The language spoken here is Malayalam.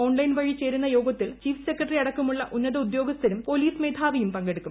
ഓൺലൈൻ വഴി ചേരുന്ന യോഗത്തിൽ ചീഫ് സെക്രട്ടറി അടക്കമുള്ള ഉന്നത ഉദ്യോഗസ്ഥരും പൊലീസ് മേധാവിയും പങ്കെടുക്കും